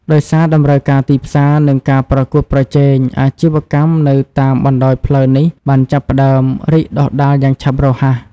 ដោយសារតម្រូវការទីផ្សារ និងការប្រកួតប្រជែង អាជីវកម្មនៅតាមបណ្ដោយផ្លូវនេះបានចាប់ផ្ដើម រីកដុះដាលយ៉ាងឆាប់រហ័ស។